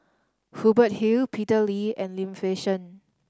Hubert Hill Peter Lee and Lim Fei Shen